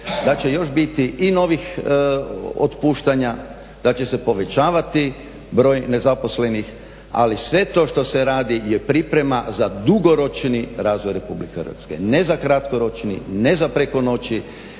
da će još biti i novih otpuštanja, da će se povećavati broj nezaposlenih ali sve to što se radi je priprema za dugoročni razvoj Republike Hrvatske. Ne za kratkoročni, ne za preko noći,